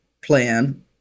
plan